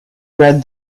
read